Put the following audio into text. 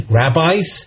rabbis